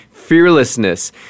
Fearlessness